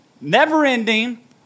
never-ending